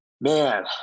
man